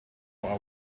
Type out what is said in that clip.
our